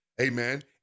Amen